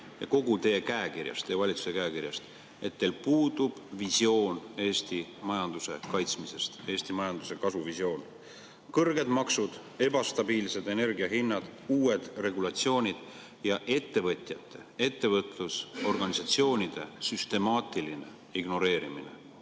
ning teie ja kogu valitsuse käekirjast, et teil puudub visioon Eesti majanduse kaitsmisest ja Eesti majanduse kasvamisest. Kõrged maksud, ebastabiilsed energiahinnad, uued regulatsioonid ja ettevõtjate, ettevõtlusorganisatsioonide süstemaatiline ignoreerimine